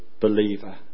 believer